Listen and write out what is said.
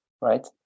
right